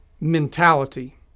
mentality